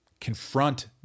confront